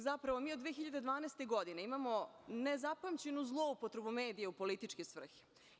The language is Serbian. Zapravo, mi od 2012. godine imamo nezapamćenu zloupotrebu medija u političke svrhe.